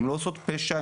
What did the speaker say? הן לא עושות פשע,